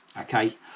Okay